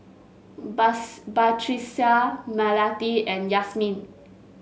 Bus Batrisya Melati and Yasmin